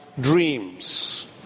dreams